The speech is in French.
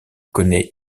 connaît